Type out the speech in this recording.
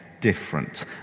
different